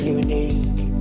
unique